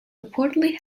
reportedly